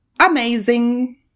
Amazing